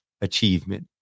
achievement